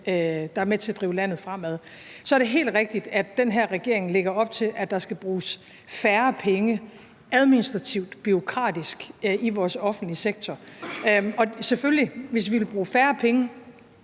der er med til at drive landet fremad. Så er det helt rigtigt, at den her regering lægger op til, at der skal bruges færre penge administrativt-bureaukratisk i vores offentlige sektor. Og hvis vi vil bruge færre penge